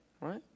right